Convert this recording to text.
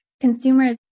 consumers